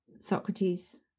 Socrates